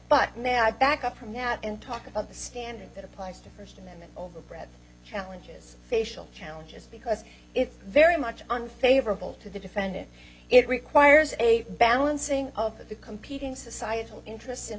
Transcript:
may i back up from now and talk about the standard that applies to first amendment overbred challenges facial challenges because it's very much unfavorable to the defendant it requires a balancing of the competing societal interests in